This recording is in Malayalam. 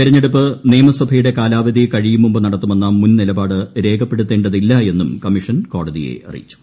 തെരഞ്ഞെടുപ്പ് നിയമസഭയുടെ കാലാവധി കഴിയും മുമ്പ് നടത്തുമെന്ന മുൻനിലപാട് രേഖപ്പെടുത്തേണ്ടതില്ല എന്നും കമ്മീഷൻ കോടതിയെ അറിയിച്ചു